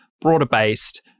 broader-based